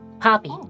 Poppy